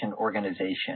organization